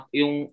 yung